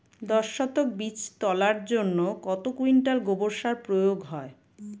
দশ শতক বীজ তলার জন্য কত কুইন্টাল গোবর সার প্রয়োগ হয়?